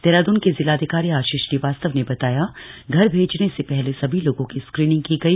देहरादन के जिलाधिकारी आशीष श्रीवास्तव ने बताया घर भेजने से पहले सभी लोगों की स्क्रीनिंग की गई